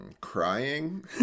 Crying